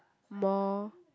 more